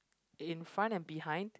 in front and behind